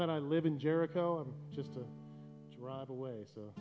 that i live in jericho i'm just a drive away so